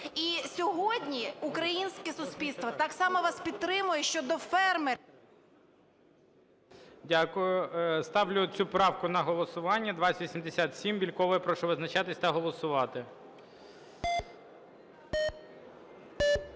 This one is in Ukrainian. І сьогодні українське суспільство так само вас підтримує щодо фермерів. ГОЛОВУЮЧИЙ. Дякую. Ставлю цю правку на голосування, 2087, Бєлькової. Прошу визначатись та голосувати.